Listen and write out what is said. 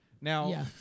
Now